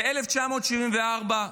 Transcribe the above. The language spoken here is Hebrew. ב-1974,